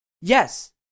Yes